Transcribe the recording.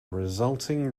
resulting